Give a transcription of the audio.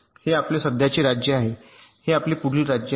हे आपले सध्याचे राज्य आहे हे आपले पुढील राज्य आहे